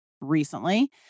recently